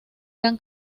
gran